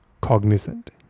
cognizant